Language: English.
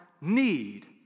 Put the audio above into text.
need